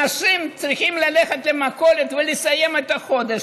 אנשים צריכים ללכת למכולת ולסיים את החודש.